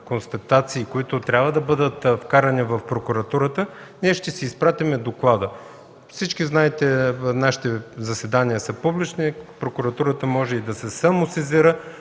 констатации, които трябва да бъдат вкарани в прокуратурата, ние ще изпратим и доклада. Всички знаете, нашите заседания са публични. Прокуратурата може и да се самосезира,